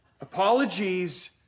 apologies